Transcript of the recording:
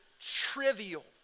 trivial